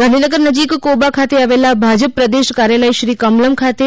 ભાજપ કમલમ કાર્યકર્તા સુનાવણી ગાંધીનગર નજીક કોબા ખાતે આવેલા ભાજપ પ્રદેશ કાર્યાલય શ્રી કમલમ ખાતે